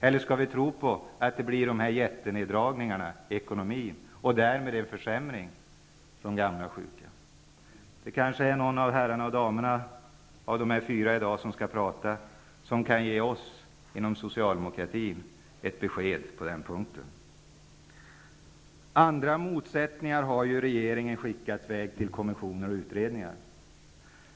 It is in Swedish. Eller skall vi tro att det blir dessa jätteneddragningar i ekonomin och därmed en försämring för de gamla och sjuka? Kanske kan någon av de fyra herrarna och damerna som skall prata i dag ge oss i Socialdemokraterna ett besked på den punkten? Andra motsättningar har regeringen skickat i väg till kommissioner och utredningar.